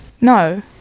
No